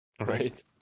Right